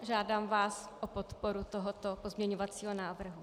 Žádám vás o podporu tohoto pozměňovacího návrhu.